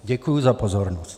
Děkuji za pozornost.